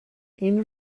این